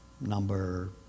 number